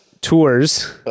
tours